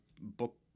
book